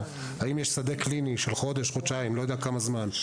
והאם יש שדה קליני של חודש-חודשיים לכירורגיה,